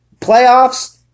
Playoffs